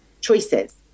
choices